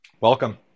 Welcome